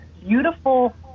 beautiful